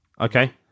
Okay